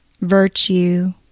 virtue